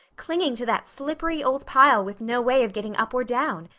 clinging to that slippery old pile with no way of getting up or down.